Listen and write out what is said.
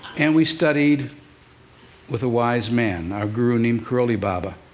and we studied with a wise man, a guru named karoli baba,